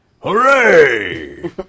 Hooray